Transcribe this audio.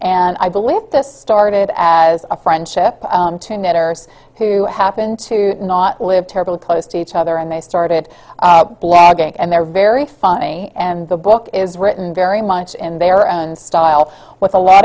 and i believe this started as a friendship who happen to not live terribly close to each other and they started blogging and they're very funny and the book is written very much in their own style with a lot